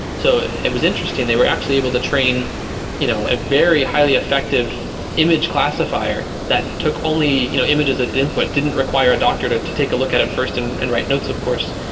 so it was interesting. they were actually able to train you know a very highly effective image classifier that took only you know images as input. didn't require a doctor to to take a look at it first and and write notes, of course.